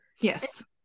yes